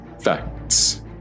Facts